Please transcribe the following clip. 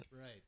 Right